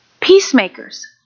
Peacemakers